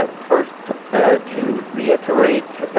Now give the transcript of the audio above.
ah first to reiterate